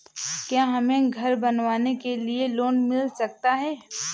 क्या हमें घर बनवाने के लिए लोन मिल सकता है?